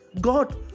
god